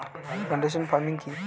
Plantation farming কি?